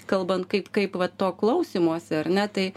kalbant kaip kaip va to klausymosi ar ne tai